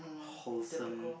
wholesome